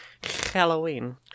Halloween